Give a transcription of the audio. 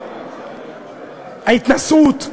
ההתנשאות,